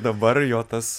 dabar jo tas